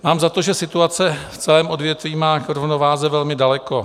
Mám za to, že situace v celém odvětví má k rovnováze velmi daleko.